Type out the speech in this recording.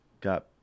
got